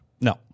No